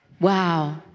Wow